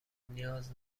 نیاز